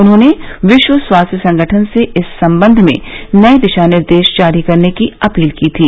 उन्होंने विश्व स्वास्थ्य संगठन से इस सम्बंध में नए दिशा निर्देश जारी करने की अपील की थी